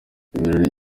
ibirori